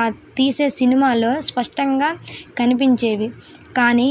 ఆ తీసే సినిమాల్లో స్పష్టంగా కనిపించేవి కానీ